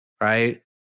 right